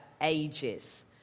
ages